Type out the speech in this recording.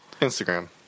Instagram